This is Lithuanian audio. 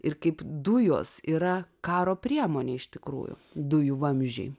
ir kaip dujos yra karo priemonė iš tikrųjų dujų vamzdžiai